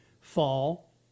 fall